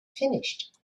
finished